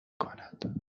کند